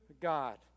God